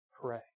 pray